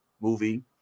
movie